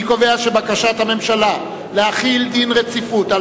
אני קובע שבקשת הממשלה להחיל דין רציפות על